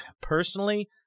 personally